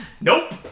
Nope